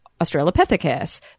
Australopithecus